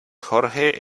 jorge